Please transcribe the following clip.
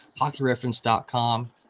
hockeyreference.com